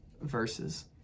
verses